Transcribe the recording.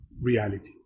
reality